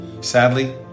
Sadly